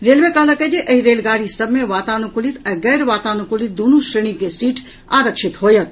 railway कहलक अछि जे एहि रेलगाड़ी सभ मे वातानुकूलित आ गैर वातानुकूलित दूनु श्रेणी के सीट आरक्षित होयत